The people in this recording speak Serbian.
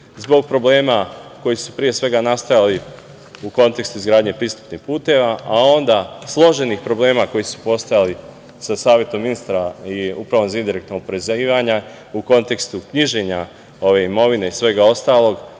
zbog problema, koji su pre svega nastali u kontekstu izgradnje pristupnih puteva, a onda složenih problema koji su postojali sa Savetom ministara i Upravom za indirektna oporezivanja u kontekstu knjiženja ove imovine i svega ostalog,